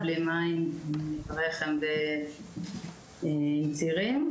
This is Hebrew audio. בלי מים ברחם ועם צירים.